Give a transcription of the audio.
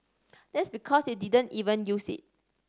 that's because you didn't even use it